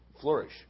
flourish